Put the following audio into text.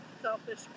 selfish